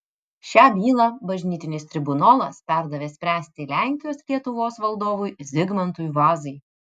šią bylą bažnytinis tribunolas perdavė spręsti lenkijos lietuvos valdovui zigmantui vazai